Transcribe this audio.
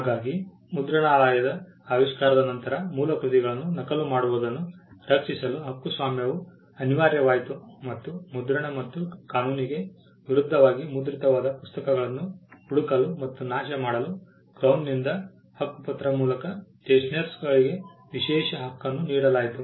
ಹಾಗಾಗಿ ಮುದ್ರಣಾಲಯದ ಆವಿಷ್ಕಾರದ ನಂತರ ಮೂಲ ಕೃತಿಗಳನ್ನು ನಕಲು ಮಾಡುವುದನ್ನು ರಕ್ಷಿಸಲು ಹಕ್ಕುಸ್ವಾಮ್ಯವು ಅನಿವಾರ್ಯವಾಯಿತು ಮತ್ತು ಮುದ್ರಣ ಮತ್ತು ಕಾನೂನಿಗೆ ವಿರುದ್ಧವಾಗಿ ಮುದ್ರಿತವಾದ ಪುಸ್ತಕಗಳನ್ನು ಹುಡುಕಲು ಮತ್ತು ನಾಶಮಾಡಲು ಕ್ರೌನ್ನಿಂದ ಹಕ್ಕುಪತ್ರ ಮೂಲಕ ಸ್ಟೇಷನರ್ಗಳಿಗೆ ವಿಶೇಷ ಹಕ್ಕನ್ನು ನೀಡಲಾಯಿತು